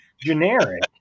generic